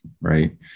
right